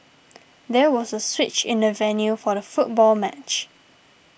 there was a switch in the venue for the football match